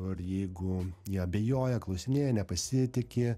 ar jeigu jie abejoja klausinėja nepasitiki